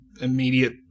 immediate